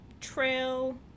trail